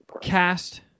cast